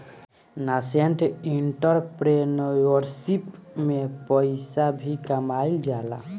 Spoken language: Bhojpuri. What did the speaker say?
नासेंट एंटरप्रेन्योरशिप में पइसा भी कामयिल जाला